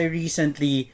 recently